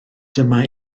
dyma